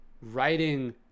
writing